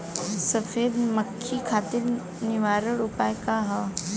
सफेद मक्खी खातिर निवारक उपाय का ह?